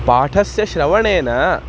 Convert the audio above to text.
पाठस्य श्रवणेन